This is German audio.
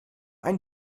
ein